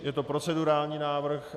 Je to procedurální návrh.